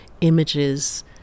images